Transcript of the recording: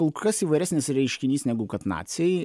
kol kas įvairesnis reiškinys negu kad naciai